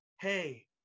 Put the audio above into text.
hey